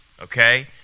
okay